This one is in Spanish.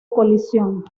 colisión